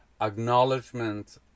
acknowledgement